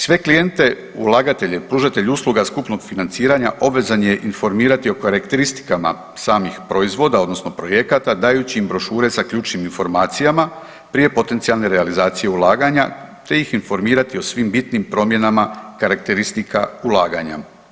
Sve klijente ulagatelje, pružatelje usluga skupnog financiranja, obvezan je informirati o karakteristikama samih proizvoda, odnosno projekata, dajući im brošure sa ključnim informacijama, prije potencijalne realizacije ulaganja te ih informirati o svim bitnim promjenama karakteristika ulaganja.